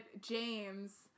James